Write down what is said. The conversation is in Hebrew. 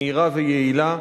מהירה ויעילה.